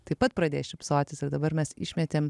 taip pat pradės šypsotis ir dabar mes išmetėme